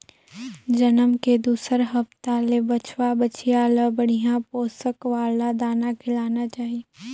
जनम के दूसर हप्ता ले बछवा, बछिया ल बड़िहा पोसक वाला दाना खिलाना चाही